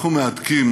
אנחנו מהדקים,